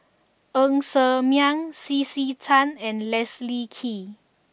Ng Ser Miang C C Tan and Leslie Kee